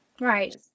right